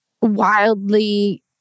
wildly